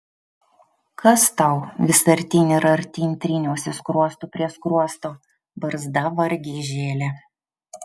kas tau vis artyn ir artyn tryniausi skruostu prie skruosto barzda vargiai žėlė